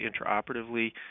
intraoperatively